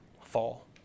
fall